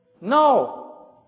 No